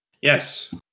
Yes